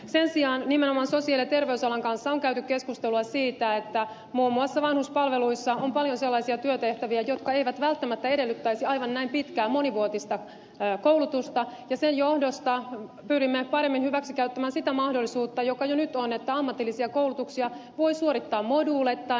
sen sijaan nimenomaan sosiaali ja terveysalan kanssa on käyty keskustelua siitä että muun muassa vanhuspalveluissa on paljon sellaisia työtehtäviä jotka eivät välttämättä edellyttäisi aivan näin pitkää monivuotista koulutusta ja sen johdosta pyrimme paremmin hyväksikäyttämään sitä mahdollisuutta joka jo nyt on että ammatillisia koulutuksia voi suorittaa moduuleittain